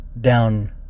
down